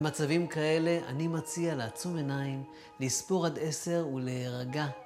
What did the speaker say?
מצבים כאלה אני מציע לעצום עיניים, לספור עד עשר ולהירגע.